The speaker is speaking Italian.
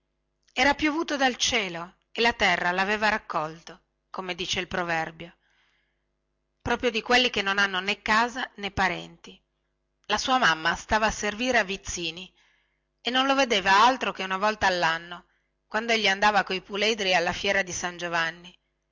era piovuto dal cielo e la terra laveva raccolto come dice il proverbio era proprio di quelli che non hanno nè casa nè parenti la sua mamma stava a servire a vizzini e non lo vedeva altro che una volta allanno quando egli andava coi puledri alla fiera di san giovanni